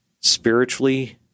spiritually